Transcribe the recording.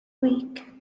week